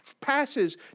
passes